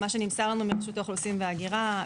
וזה ממה שנמסר לנו מרשות האוכלוסין וההגירה,